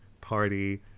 party